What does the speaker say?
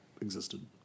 existed